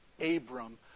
Abram